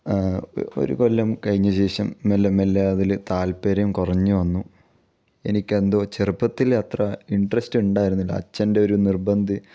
ഒരു കൊല്ലം കഴിഞ്ഞ ശേഷം മെല്ലെ മെല്ലെ അതിൽ താല്പര്യം കുറഞ്ഞ് വന്നു എനിക്കെന്തോ ചെറുപ്പത്തിൽ അത്ര ഇൻട്രസ്റ്റ് ഉണ്ടായിരുന്നില്ല അച്ഛൻ്റെ ഒരു നിർബന്ധി